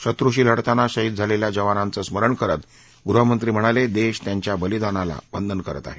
शत्रुशी लढताना शहीद झालेल्या जवानांचं स्मरण करत गृहमंत्री म्हणाले देश त्यांच्या बलिदानाला वंदन करत आहे